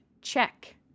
check